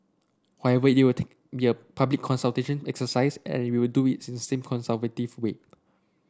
however it will take be a public consultation exercise and we will do it